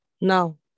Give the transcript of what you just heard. now